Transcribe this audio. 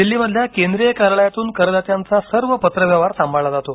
दिल्लीमधल्या केंद्रीय कार्यालयातून करदात्यांचा सर्व पत्रव्यवहार सांभाळला जातो